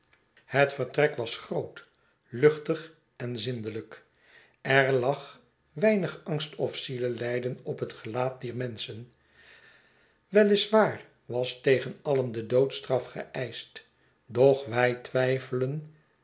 het vertrek was groot luchtig en zindelijk er lag weinig angst of zielelijden op het gelaat dier menschen wel is waar was tegen alien de doodstraf geeischt doch wij twijfelen